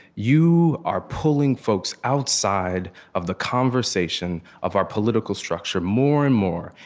you are pulling folks outside of the conversation of our political structure more and more.